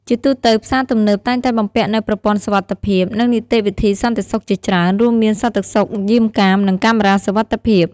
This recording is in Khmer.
ជាទូទៅ ផ្សារទំនើបតែងតែបំពាក់នូវប្រព័ន្ធសុវត្ថិភាព និងនីតិវិធីសន្តិសុខជាច្រើន រួមមានសន្តិសុខយាមកាម និងកាមេរ៉ាសុវត្ថិភាព ។